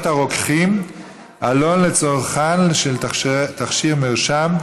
הרוקחים (עלון לצרכן של תכשיר מרשם),